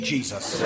Jesus